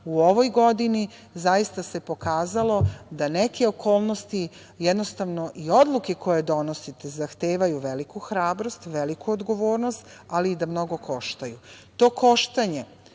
u ovoj godini zaista se pokazalo da neke okolnosti jednostavno i odluke koje donosite zahtevaju veliku hrabrost, veliku odgovornost, ali i da mnogo koštaju. To koštanje,